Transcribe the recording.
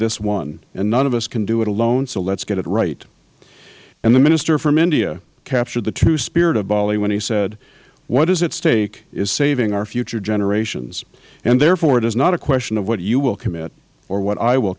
this one and none of us can do it alone so let's get it right and the minister from india captured the true spirit of bali when he said what is at stake is saving our future generations and therefore it is not a question of what you will commit or what i will